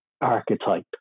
archetype